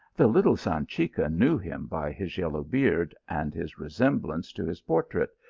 the little sanchica knew him by his yellow beard, and his resemblance to his portrait,